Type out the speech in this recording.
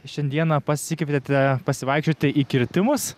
šiandieną pasikvietėte pasivaikščioti į kirtimus